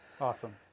Awesome